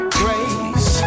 grace